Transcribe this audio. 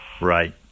Right